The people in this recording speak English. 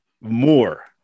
more